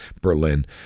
Berlin